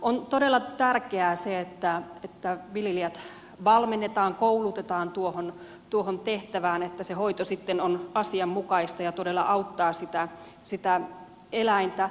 on todella tärkeää se että viljelijät valmennetaan koulutetaan tuohon tehtävään että se hoito sitten on asianmukaista ja todella auttaa sitä eläintä